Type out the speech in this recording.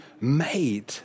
made